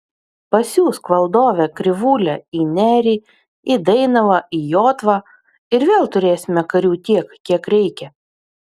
pasiųsk valdove krivūlę į nerį į dainavą į jotvą ir vėl turėsime karių tiek kiek reikia